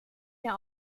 mehr